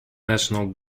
national